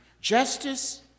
Justice